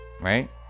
right